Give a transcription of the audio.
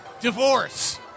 divorce